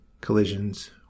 collisions